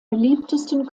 beliebtesten